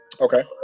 okay